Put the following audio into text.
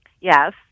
Yes